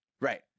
right